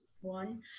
one